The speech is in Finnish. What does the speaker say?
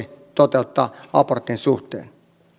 toteuttaa myös abortin suhteen